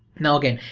now again,